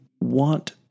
want